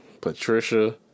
Patricia